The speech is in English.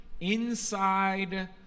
inside